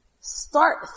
start